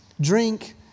drink